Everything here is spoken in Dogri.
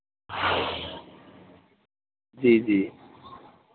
जी जी